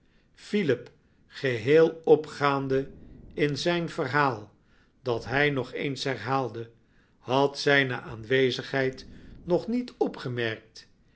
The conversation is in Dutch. philip geheel opgaande in zijn verhaal dat hij nog eens herhaalde had zijne aanwezigheid nog niet opgemerkt